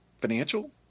financial